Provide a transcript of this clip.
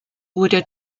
wurde